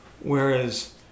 Whereas